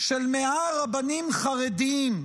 של 100 רבנים חרדים,